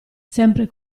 sempre